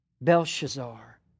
Belshazzar